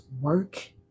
work